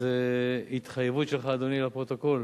זו התחייבות שלך, אדוני, לפרוטוקול.